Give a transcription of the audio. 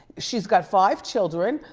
she's got five children,